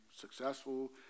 successful